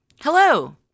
Hello